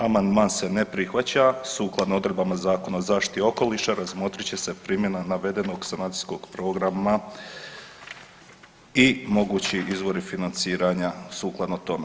Amandman se ne prihvaća, sukladno odredbama Zakona o zaštiti okoliša razmotrit će se primjena navedenog sanacijskog programa i mogući izvori financiranja sukladno tome.